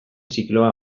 zikloa